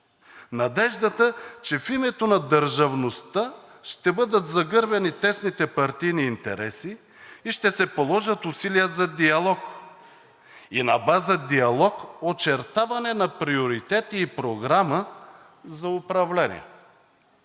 Надеждата, че в името на държавността ще бъдат загърбени тесните партийни интереси и ще се положат усилия за диалог и на база диалог – очертаване на приоритети и програма за управление.